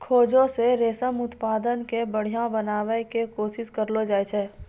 खोजो से रेशम उत्पादन के बढ़िया बनाबै के कोशिश करलो जाय छै